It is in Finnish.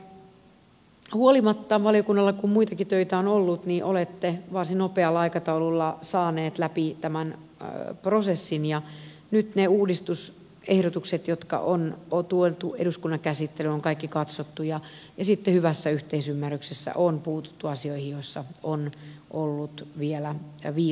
kiireestä huolimatta valiokunnalla kun muitakin töitä on ollut olette varsin nopealla aikataululla saaneet läpi tämän prosessin ja nyt ne uudistusehdotukset jotka on tuotu eduskunnan käsittelyyn on kaikki katsottu ja sitten hyvässä yhteisymmärryksessä on puututtu asioihin joissa on ollut vielä viilattavaa